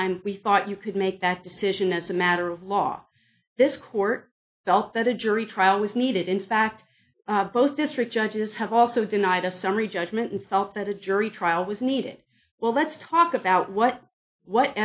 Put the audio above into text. time we thought you could make that decision as a matter of law this court felt that a jury trial was needed in fact both district judges have also denied a summary judgment and felt that a jury trial was needed well let's talk about what what